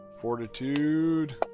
Fortitude